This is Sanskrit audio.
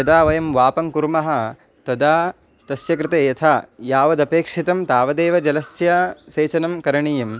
यदा वयं वापं कुर्मः तदा तस्य कृते यथा यावदपेक्षितं तावदेव जलस्य सेचनं करणीयं